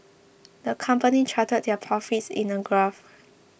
the company charted their profits in a graph